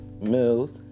Mills